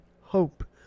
hope